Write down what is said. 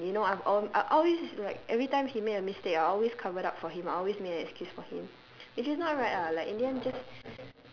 and you know I've al~ I always it's like every time he made a mistake I'll always covered up for him I always made an excuse for him which is not right ah like in the end just